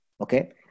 Okay